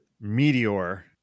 meteor